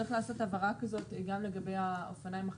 צריך לעשות הבהרה כזאת גם לגבי האופניים החשמליים.